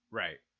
right